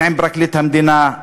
הן עם פרקליט המדינה,